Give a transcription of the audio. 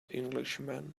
englishman